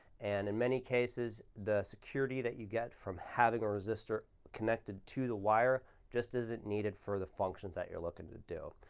and in many cases, the security that you get from having a resistor connected to the wire just isn't needed for the functions that you're looking to do.